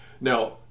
Now